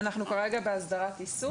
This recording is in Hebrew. אנחנו כרגע בהסדרת עיסוק,